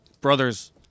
brothers